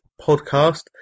Podcast